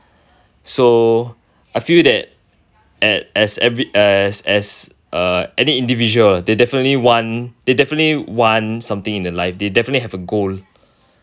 so I feel that at as every as as uh any individual they definitely want they definitely want something in their life they definitely have a goal